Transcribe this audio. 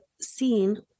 seen